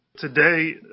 Today